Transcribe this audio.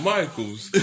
Michaels